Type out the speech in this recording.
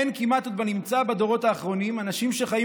אין כמעט בנמצא בדורות האחרונים אנשים שחיים